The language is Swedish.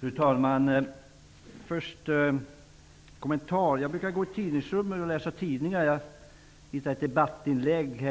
Herr talman! Först en liten kommentar. Jag brukar gå i tidningsrummet och läsa tidningar. Jag hittade ett debattinlägg